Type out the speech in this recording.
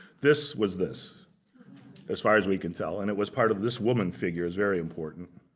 this was this as far as we can tell. and it was part of this woman figure it's very important